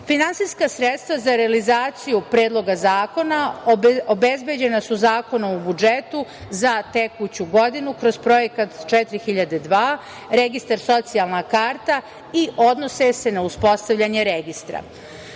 godine. Finansijska sredstva za realizaciju Predloga zakona obezbeđena su Zakonom o budžetu za tekuću godinu, kroz Projekat 4002, registar Socijalna karta i odnose se na uspostavljanje registra. Veoma